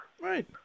right